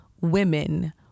women